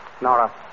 Nora